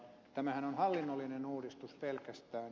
tämähän on hallinnollinen uudistus pelkästään